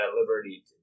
liberty